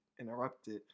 interrupted